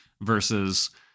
versus